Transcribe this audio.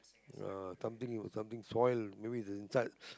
ah something something spoil maybe is the inside